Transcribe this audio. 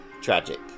tragic